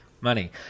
Money